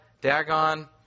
Dagon